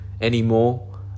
anymore